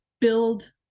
build